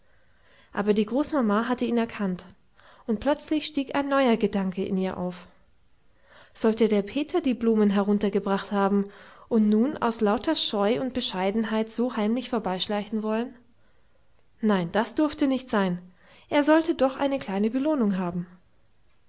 aber die großmama hatte ihn erkannt und plötzlich stieg ein neuer gedanke in ihr auf sollte der peter die blumen heruntergebracht haben und nun aus lauter scheu und bescheidenheit so heimlich vorbeischleichen wollen nein das durfte nicht sein er sollte doch eine kleine belohnung haben